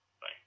bye